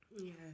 yes